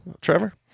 Trevor